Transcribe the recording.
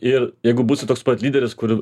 ir jeigu būsi toks pat lyderis kur